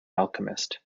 alchemist